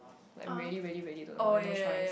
like really really really don't and no chooses